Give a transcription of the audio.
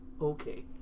okay